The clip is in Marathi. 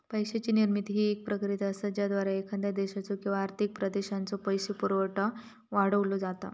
पैशाची निर्मिती ही प्रक्रिया असा ज्याद्वारा एखाद्या देशाचो किंवा आर्थिक प्रदेशाचो पैसो पुरवठा वाढवलो जाता